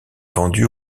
vendu